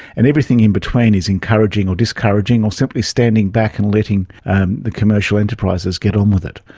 and everything in between is encouraging or discouraging or simply standing back and letting the commercial enterprises get on with it.